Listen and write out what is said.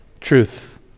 truth